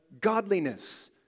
godliness